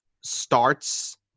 starts